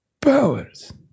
Powers